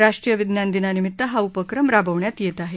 राष्ट्रीय विज्ञान दिनानिमित हा उपक्रम राबवण्यात येत आहे